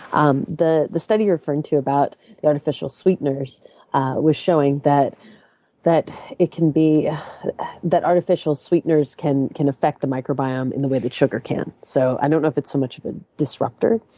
um the the study you're referring to about the artificial sweeteners was showing that that it can be that artificial sweeteners can can affect the microbiome in the way that sugar can. so i don't know if it's so much of a disrupter,